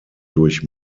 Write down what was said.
durch